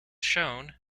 shown